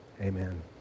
Amen